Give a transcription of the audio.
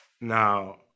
now